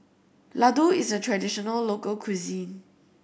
Laddu is a traditional local cuisine